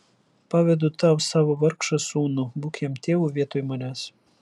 pavedu tau savo vargšą sūnų būk jam tėvu vietoj manęs